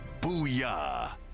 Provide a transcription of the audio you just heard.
Booyah